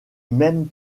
mêmes